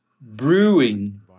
brewing